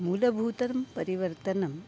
मूलभूतं परिवर्तनम्